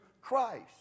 Christ